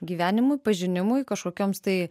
gyvenimui pažinimui kažkokioms tai